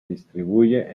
distribuye